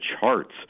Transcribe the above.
charts